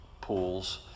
pools